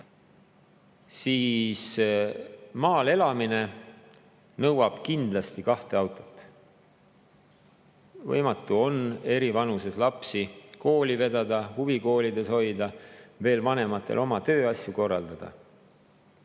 Maal elamine nõuab kindlasti kahte autot. Võimatu on eri vanuses lapsi kooli vedada, huvikoolides hoida ja vanematel veel oma tööasju korraldada.